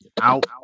out